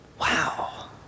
wow